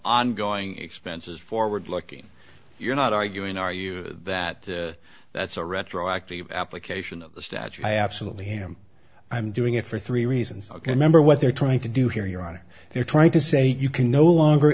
ongoing expenses forward looking you're not arguing are you that that's a retroactive application of the statute i absolutely am i'm doing it for three reasons i can remember what they're trying to do here your honor they're trying to say you can no longer